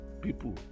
people